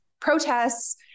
protests